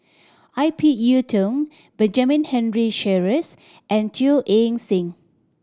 I P Yiu Tung Benjamin Henry Sheares and Teo Eng Seng